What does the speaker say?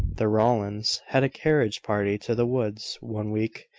the rowlands had a carriage party to the woods one week,